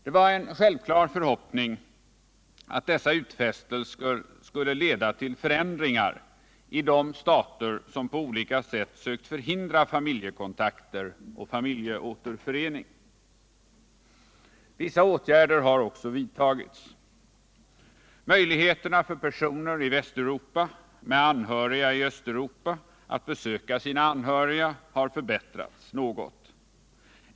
Det var en självklar förhoppning att dessa utfästelser skulle leda till förändringar i de stater som på olika sätt sökt förhindra familjekontakter och familjeåterförening. Vissa åtgärder har också vidtagits. Möjligheterna för personer i Västeuropa med anhöriga i Östeuropa att besöka dessa anhöriga har något förbättrats.